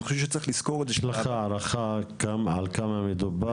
אני חושב שצריך לזכור את זה יש לך הערכה על כמה מדובר?